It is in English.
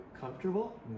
comfortable